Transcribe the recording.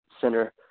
Center –